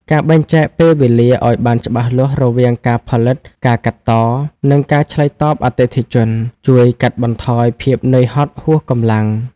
ការបែងចែកពេលវេលាឱ្យបានច្បាស់លាស់រវាងការផលិត ការកាត់ត និងការឆ្លើយតបអតិថិជន ជួយកាត់បន្ថយភាពនឿយហត់ហួសកម្លាំង។